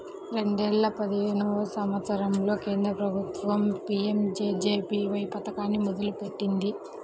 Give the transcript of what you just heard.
రెండేల పదిహేను సంవత్సరంలో కేంద్ర ప్రభుత్వం పీయంజేజేబీవై పథకాన్ని మొదలుపెట్టింది